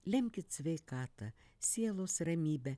lemkit sveikatą sielos ramybę